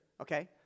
okay